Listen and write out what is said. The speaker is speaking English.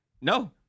No